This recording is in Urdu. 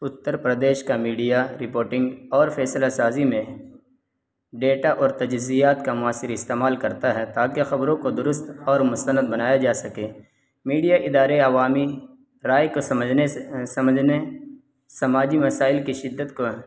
اتر پردیش کا میڈیا رپوٹنگ اور فیصلہ سازی میں ڈیٹا اور تجزیات کا معاصر استعمال کرتا ہے تاکہ خبروں کو درست اور مستند بنایا جا سکے میڈیا ادارے عوامی رائے کو سمجھنے سے سمجھنے سماجی مسائل کی شدت کو